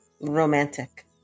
Romantic